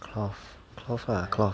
cloth cloth lah cloth